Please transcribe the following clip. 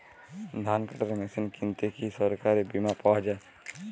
ধান কাটার মেশিন কিনতে কি সরকারী বিমা পাওয়া যায়?